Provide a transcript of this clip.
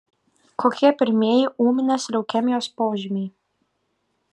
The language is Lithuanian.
kokie pirmieji ūminės leukemijos požymiai